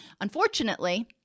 Unfortunately